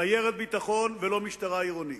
סיירת ביטחון ולא משטרה עירונית.